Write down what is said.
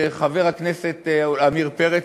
חבר הכנסת עמיר פרץ,